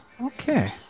Okay